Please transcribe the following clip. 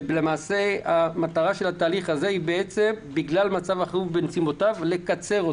למעשה המטרה של התהליך הזה היא בגלל מצב החירום ונסיבותיו לקצר אותו.